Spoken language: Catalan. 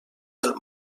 del